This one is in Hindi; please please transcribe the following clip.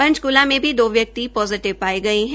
पंचकूला में भी दो व्यक्ति पाजिटिव पाए गए हैं